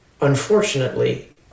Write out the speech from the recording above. unfortunately